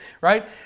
right